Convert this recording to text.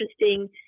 interesting